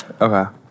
Okay